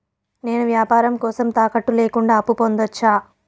నేను వ్యాపారం కోసం తాకట్టు లేకుండా అప్పు పొందొచ్చా?